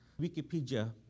Wikipedia